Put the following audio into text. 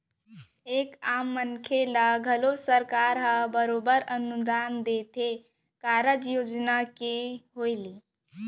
एक आम मनसे ल घलौ सरकार ह बरोबर अनुदान देथे बने कारज योजना के होय ले